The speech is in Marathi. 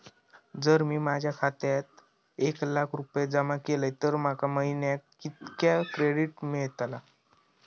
जर मी माझ्या खात्यात एक लाख रुपये जमा केलय तर माका महिन्याक कितक्या क्रेडिट मेलतला?